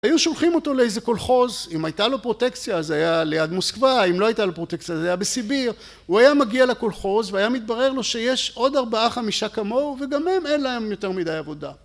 היו שולחים אותו לאיזה קולחוז, אם הייתה לו פרוטקציה זה היה ליד מוסקבה, אם לא הייתה לו פרוטקציה זה היה בסיביר הוא היה מגיע לקולחוז והיה מתברר לו שיש עוד ארבעה חמישה כמוהו וגם הם אין להם יותר מדי עבודה